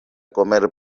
comer